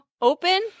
open